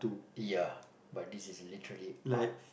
ya but this is literally art